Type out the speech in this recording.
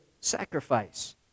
sacrifice